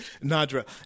Nadra